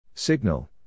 Signal